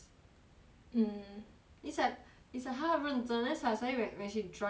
mm it's like it's like 她很认真 then su~ suddenly whe~ when she drunk right then is like